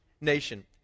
nation